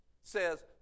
says